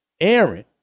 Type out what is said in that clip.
Aaron